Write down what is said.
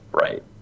right